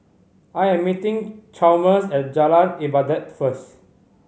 I am meeting Chalmers at Jalan Ibadat first